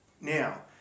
Now